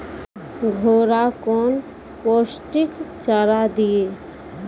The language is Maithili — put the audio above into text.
घोड़ा कौन पोस्टिक चारा दिए?